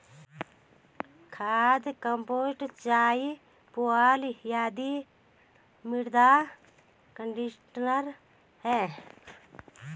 खाद, कंपोस्ट चाय, पुआल आदि मृदा कंडीशनर है